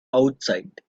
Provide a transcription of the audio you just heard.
outside